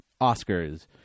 Oscars